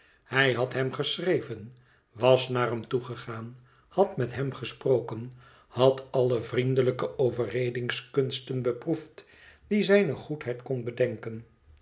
hij had hem geschreven was naar hem toe gegaan had met hem gesproken had alle vriendelijke overredingskunsten beproefd die zijne goedheid kon bedenken